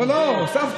לא, לא, הוספתם.